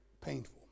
painful